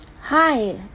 Hi